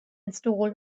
install